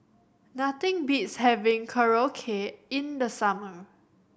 nothing beats having Korokke in the summer